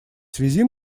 связи